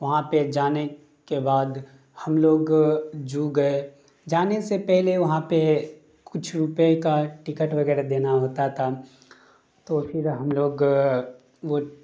وہاں پہ جانے کے بعد ہم لوگ جو گئے جانے سے پہلے وہاں پہ کچھ روپے کا ٹکٹ وغیرہ دینا ہوتا تھا تو پھر ہم لوگ وہ